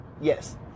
yes